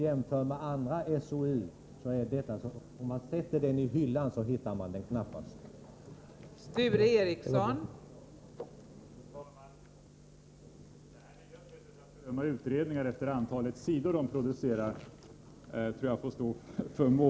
Jämfört med andra offentliga utredningar är den så liten att man knappast hittar den om man sätter den i hyllan.